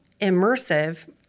immersive